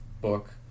book